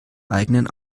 eigenen